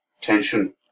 tension